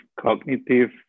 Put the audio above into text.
cognitive